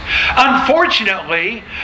Unfortunately